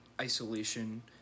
isolation